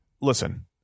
Listen